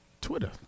Twitter